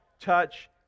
touch